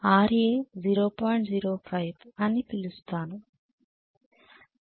05 అని పిలుస్తాను